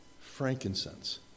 frankincense